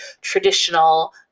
traditional